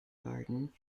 garden